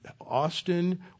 Austin